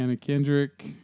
Kendrick